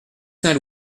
saint